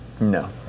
No